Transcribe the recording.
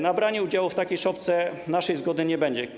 Na branie udziału w takiej szopce naszej zgody nie będzie.